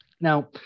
Now